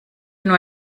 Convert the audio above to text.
nur